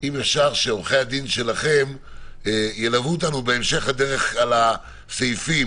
שעורכי הדין שלכם ילוו אותנו בהמשך הדרך על הסעיפים,